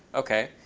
ok.